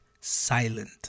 silent